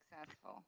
successful